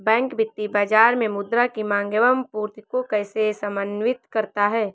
Bank वित्तीय बाजार में मुद्रा की माँग एवं पूर्ति को कैसे समन्वित करता है?